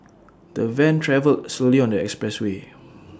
the van travelled slowly on the expressway